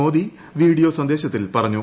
Modi video സന്ദേശത്തിൽ പറഞ്ഞു